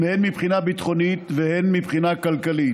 הן מבחינה ביטחונית והן מבחינה כלכלית.